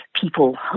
people